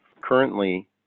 Currently